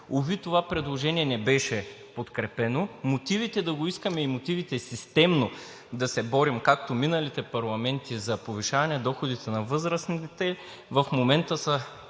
Уви, това предложение не беше подкрепено. Мотивите да го искаме и мотивите системно да се борим, както в миналите парламенти, за повишаване доходите на възрастните в момента са